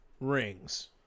Rings